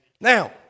Now